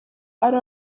ari